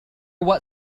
what